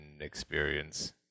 experience